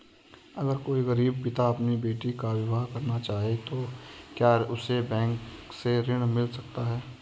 अगर कोई गरीब पिता अपनी बेटी का विवाह करना चाहे तो क्या उसे बैंक से ऋण मिल सकता है?